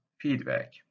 feedback